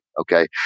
Okay